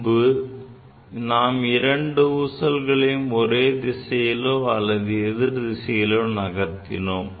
முன்பு நாம் இரண்டு ஊசல்களையும் ஒரே திசையிலோ அல்லது எதிர்த்திசையிலோ நகர்த்தினோம்